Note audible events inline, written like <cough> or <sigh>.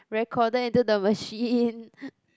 recorded into the machine <laughs>